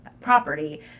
property